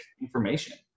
information